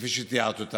כפי שתיארתי,